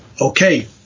okay